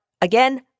again